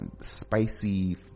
spicy